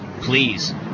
Please